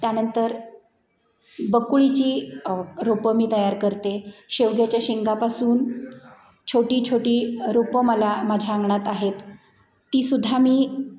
त्यानंतर बकुळीची रोपं मी तयार करते शेवग्याच्या शेंगापासून छोटी छोटी रोपं मला माझ्या अंगणात आहेत ती सुद्धा मी